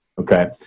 okay